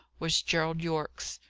was gerald yorke's.